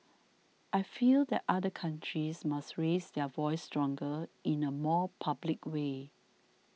I feel that other countries must raise their voice stronger in a more public way